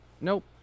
Nope